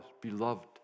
beloved